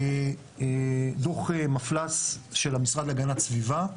דו"ח מפלס של המשרד להגנת סביבה,